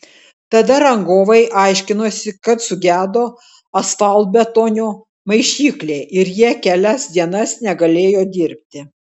tada rangovai aiškinosi kad sugedo asfaltbetonio maišyklė ir jie kelias dienas negalėjo dirbti